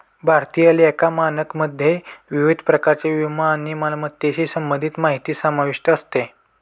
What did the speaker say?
भारतीय लेखा मानकमध्ये विविध प्रकारच्या विमा आणि मालमत्तेशी संबंधित माहिती समाविष्ट असते